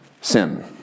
sin